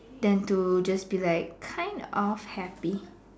then to just be like kind of happy